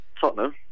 Tottenham